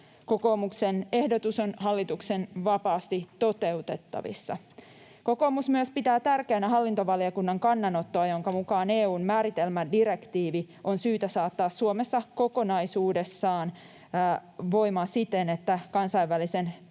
Kokoomuksen ehdotus on hallituksen vapaasti toteutettavissa. Kokoomus pitää tärkeänä myös hallintovaliokunnan kannanottoa, jonka mukaan EU:n määritelmädirektiivi on syytä saattaa Suomessa kokonaisuudessaan voimaan siten, että kansainvälisen